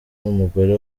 nk’umugore